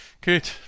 Good